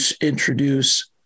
introduce